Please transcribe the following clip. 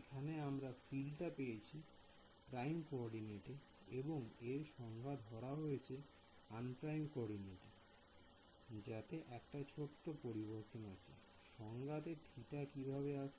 এখানে আমরা ফিল্ড টা পেয়েছি প্রায়ইম কোঅর্ডিনেট এ এবং এর সংজ্ঞা ধরা হয়েছে আনপ্রায়ইম কোঅর্ডিনেট এ যাতে একটা ছোট পরিবর্তন আছে I সংজ্ঞা তে কিভাবে আসছে